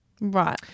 Right